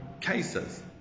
cases